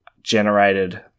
generated